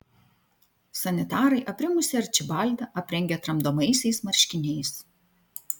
sanitarai aprimusį arčibaldą aprengė tramdomaisiais marškiniais